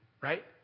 right